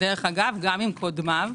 גם עם קודמיו.